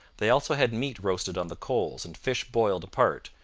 they also had meat roasted on the coals and fish boiled apart,